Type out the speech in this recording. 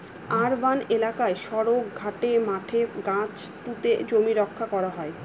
urban এলাকায় সড়ক, ঘাটে, মাঠে গাছ পুঁতে জমি রক্ষা করা হয়